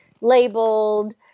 labeled